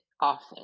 often